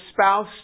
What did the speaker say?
spouse